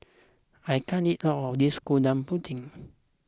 I can't eat all of this Gudeg Putih